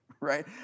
right